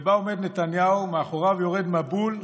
ובה עומד נתניהו ומאחוריו יורד מבול,